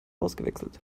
ausgewechselt